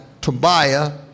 Tobiah